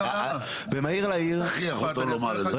אל תכריח אותו לומר את זה,